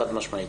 חד-משמעית.